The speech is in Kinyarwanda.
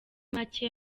make